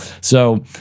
So-